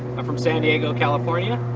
i'm from san diego, california.